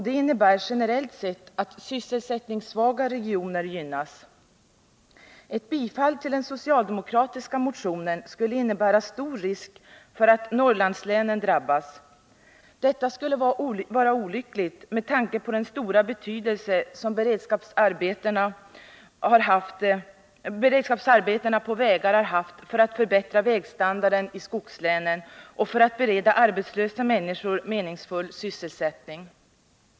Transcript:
Det innebär generellt sett att sysselsättningssvaga regioner gynnas. Ett bifall till den socialdemokratiska motionen skulle innebära stor risk för att Norrlandslänen drabbas. Detta skulle vara olyckligt med tanke på den stora betydelse som beredskapsarbetena på vägar har haft för att förbättra vägstandarden i skogslänen och för att bereda arbetslösa människor meningsfull sysselsättning.